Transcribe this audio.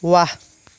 ৱাহ